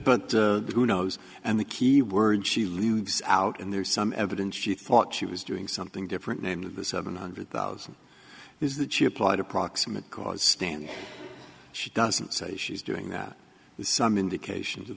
but who knows and the key word she leaves out and there's some evidence she thought she was doing something different name of the seven hundred thousand is that she applied a proximate cause stand she doesn't say she's doing that there's some indication